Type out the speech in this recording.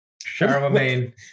Charlemagne